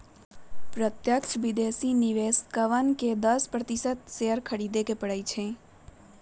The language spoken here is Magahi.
प्रत्यक्ष विदेशी निवेशकवन के दस प्रतिशत शेयर खरीदे पड़ा हई